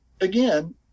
Again